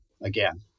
again